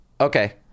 Okay